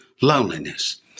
Loneliness